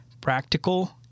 practical